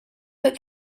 but